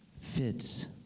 fits